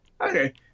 Okay